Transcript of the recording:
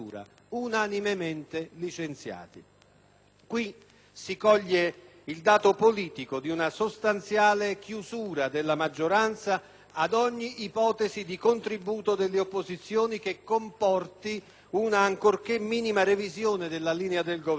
Qui si coglie il dato politico di una sostanziale chiusura della maggioranza ad ogni ipotesi di contributo delle opposizioni che comporti una ancorché minima revisione della linea del Governo, anche quando questa